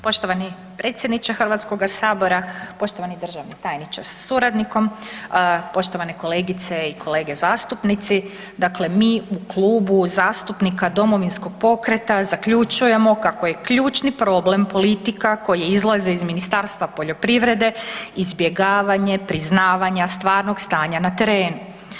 Poštovani predsjedniče HS-a, poštovani državni tajniče sa suradnikom, poštovane kolegice i kolege zastupnici, dakle mi u Klubu zastupnika Domovinskog pokreta zaključujemo kako je ključni problem politika koje izlaze iz Ministarstva poljoprivrede izbjegavanje priznavanja stvarnog stanja na terenu.